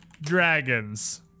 dragons